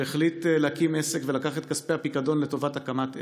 שהחליט להקים עסק ולקח את כספי הפיקדון לטובת הקמת עסק,